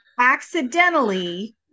accidentally